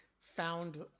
found